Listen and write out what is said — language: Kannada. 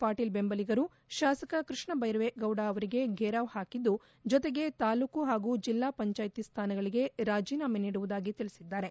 ಪಾಟೀಲ್ ಬೆಂಬಲಿಗರು ಶಾಸಕ ಕೃಷ್ಣ ಭೈರೇಗೌಡ ಅವರಿಗೆ ಫೇರಾವ್ ಹಾಕಿದ್ದು ಜತೆಗೆ ತಾಲೂಕು ಮತ್ತು ಜಿಲ್ಲಾ ಪಂಚಾಯತಿ ಸ್ಥಾನಗಳಿಗೆ ರಾಜೀನಾಮೆ ನೀಡುವುದಾಗಿ ತಿಳಿಸಿದ್ದಾರೆ